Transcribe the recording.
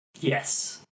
Yes